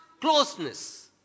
closeness